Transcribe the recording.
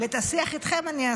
אבל השבתם כבר,